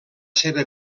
seva